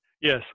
Yes